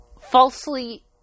falsely